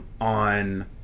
On